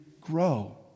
grow